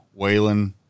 Waylon